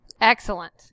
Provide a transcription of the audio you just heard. Excellent